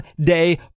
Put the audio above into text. Day